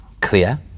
clear